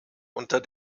unter